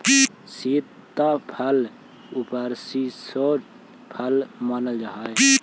सीताफल उपशीतोष्ण फल मानल जा हाई